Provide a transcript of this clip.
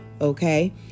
okay